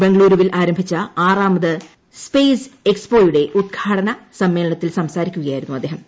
ബംഗളുരുവിൽ ആരംഭിച്ച ആറാമത് സ്പെയ്സ് എക്സ്പോയുടെ ഉദ്ഘാടന സമ്മേളനത്തിൽ സംസാരിക്കുകയായിരുന്നു അദ്ദേഹം